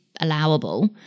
allowable